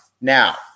Now